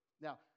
Now